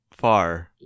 Far